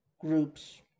groups